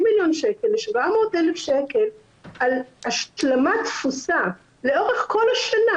500,000-700,000 שקל על השלמת תפוסה לאורך כל השנה,